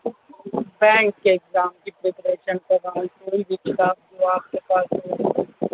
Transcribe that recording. bank کے exam کی preparation کے حوالے سے کوئی بھی کتاب جو آپ کے پاس ہو